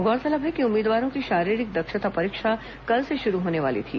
गौरतलब है कि उम्मीदवारों की शारीरिक दक्षता परीक्षा कल से शुरू होने वाली थी